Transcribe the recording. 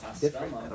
different